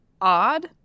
Odd